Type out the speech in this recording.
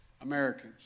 Americans